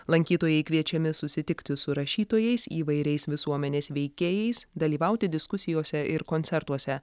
lankytojai kviečiami susitikti su rašytojais įvairiais visuomenės veikėjais dalyvauti diskusijose ir koncertuose